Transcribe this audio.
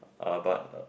uh but